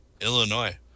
Illinois